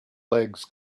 legs